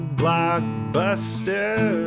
blockbuster